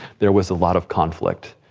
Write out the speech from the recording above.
there was a lot of conflict!